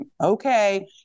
okay